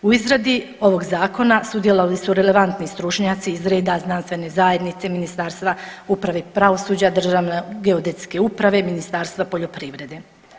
U izradi ovog zakona sudjelovali su relevantni stručnjaci iz reda znanstvene zajednice, Ministarstva uprave i pravosuđa, Državne geodetske uprave, Ministarstva poljoprivrede.